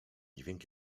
dźwięk